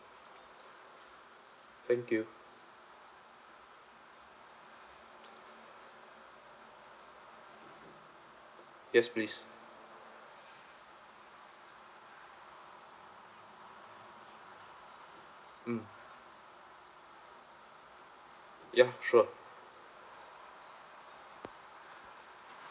thank you yes please mm yup sure